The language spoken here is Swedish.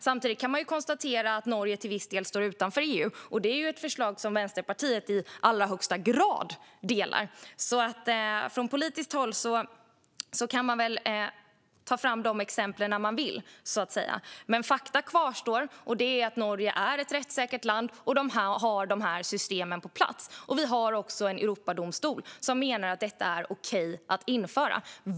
Samtidigt kan man konstatera att Norge till viss del står utanför EU, och att göra det är ju ett förslag som Vänsterpartiet i allra högsta grad delar. Från politiskt håll kan man alltså ta fram de exempel man vill. Men faktum kvarstår att Norge är ett rättssäkert land och har dessa system på plats. Vi har också en Europadomstol som menar att detta är okej att införa.